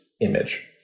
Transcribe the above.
image